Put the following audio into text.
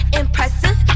impressive